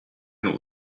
would